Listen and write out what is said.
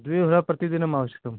द्विहोरा प्रतिदिनमावश्यकम्